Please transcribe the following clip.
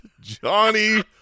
Johnny